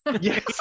Yes